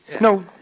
No